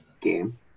game